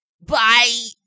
bye